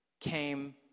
came